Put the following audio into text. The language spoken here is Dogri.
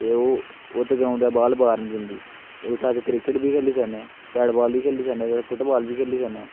ते उत्त ग्राउंडै बाल बाह्र नी जंदी ते उत्थैं अस क्रिकेट बी खेली सकने बैट बॉल बी खेली सकने ते फुट बॉल बी खेली सकने